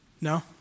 No